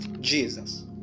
Jesus